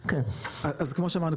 אז כמו שאמרנו,